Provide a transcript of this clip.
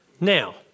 Now